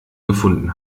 gefunden